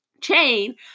chain